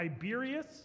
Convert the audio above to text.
Tiberius